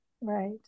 right